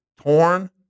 torn